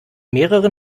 mehreren